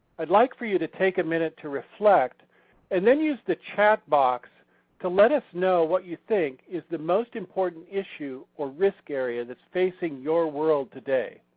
i'd like for you to take a minute to reflect and then use the chat box to let us know what you think is the most important issue or risk area that's facing your world today.